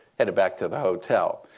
headed back to the hotel.